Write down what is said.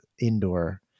indoor